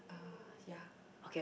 uh yeah